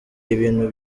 ibintu